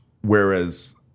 whereas